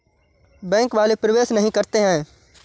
Bank वाले प्रवेश नहीं करते हैं?